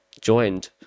joined